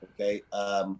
Okay